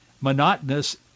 monotonous